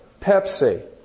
Pepsi